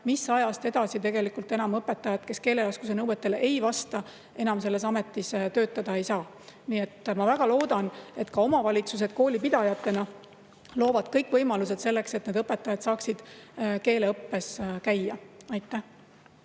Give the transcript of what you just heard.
mis ajast edasi õpetaja, kes keeleoskuse nõuetele ei vasta, enam selles ametis töötada ei saa. Nii et ma väga loodan, et ka omavalitsused koolipidajatena loovad kõik võimalused selleks, et need õpetajad saaksid keeleõppes käia. Aleksei